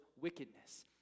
wickedness